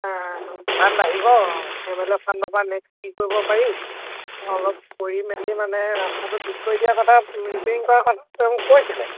fund আহিব M L A ফাণ্ডৰ পৰা নেক্সট কি কৰিব পাৰি অলপ কৰি মেলি মানে ৰাস্তাটো ঠিক কৰি দিয়া কথা ৰিপেয়াৰিং কৰাৰ কথা তেওঁ কৈছিলে